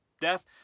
death